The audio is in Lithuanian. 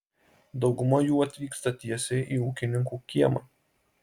dauguma jų atvyksta tiesiai į ūkininkų kiemą